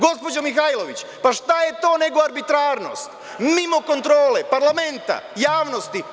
Gospođo Mihajlović, pa šta je to nego arbitrarnost, mimo kontrole parlamenta i javnosti?